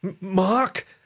Mark